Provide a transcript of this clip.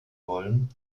wollen